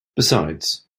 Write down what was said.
besides